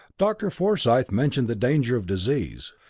dr. forsyth mentioned the danger of disease.